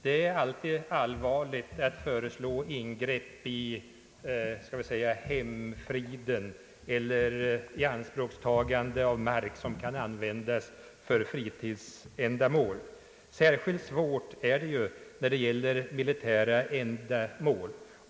Det är alltid allvarligt att föreslå ingrepp i vad jag vill kalla hemfriden eller ianspråktaga mark som kan användas för fritidsändamål. Särskilt svårt är det att föreslå avsättning av mark för militärt bruk.